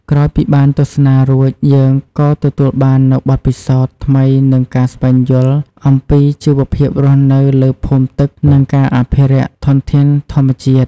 ក្រោយពីបានទស្សនារួចយើងក៏ទទួលបាននៅបទពិសោធន៍ថ្មីនិងការស្វែងយល់អំពីជីវភាពរស់នៅលើភូមិទឹក និងការអភិរក្សធនធានធម្មជាតិ។